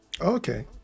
okay